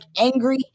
angry